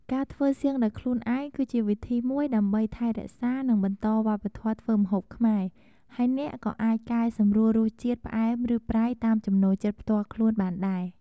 ការធ្វើសៀងដោយខ្លួនឯង គឺជាវិធីមួយដើម្បីថែរក្សា និងបន្តវប្បធម៌ធ្វើម្ហូបខ្មែរ ហើយអ្នកក៏អាចកែសម្រួលរសជាតិ ផ្អែម ឬ ប្រៃ តាមចំណូលចិត្តផ្ទាល់ខ្លួនបានដែរ។